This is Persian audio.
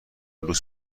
لوس